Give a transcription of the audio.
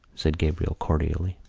said gabriel cordially.